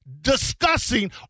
discussing